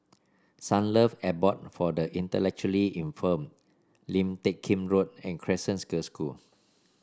Sunlove Abode for the Intellectually Infirmed Lim Teck Kim Road and Crescent Girls' School